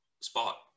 spot